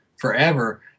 forever